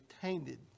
tainted